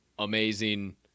Amazing